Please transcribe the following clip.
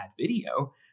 video